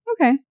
okay